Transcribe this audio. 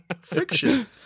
Fiction